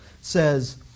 says